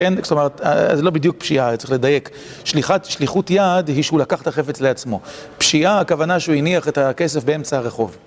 אין, זאת אומרת, זה לא בדיוק פשיעה, צריך לדייק. שליחות יד, היא שהוא לקח את החפץ לעצמו. פשיעה, הכוונה שהוא הניח את הכסף באמצע הרחוב.